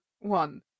one